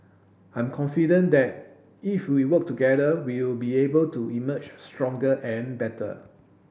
I'm confident that if we work together we will be able to emerge stronger and better